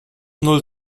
null